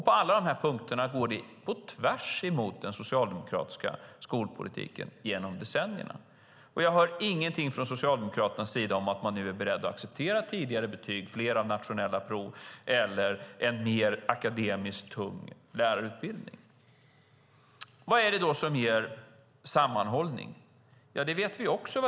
På alla dessa punkter går det på tvärs emot den socialdemokratiska skolpolitiken genom decennierna. Jag hör ingenting från Socialdemokraternas sida om att de nu är beredda att acceptera tidigare betyg, fler nationella prov eller en mer akademiskt tung lärarutbildning. Vad är det då som ger sammanhållning? Det vet vi också.